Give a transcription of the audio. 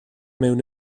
mewn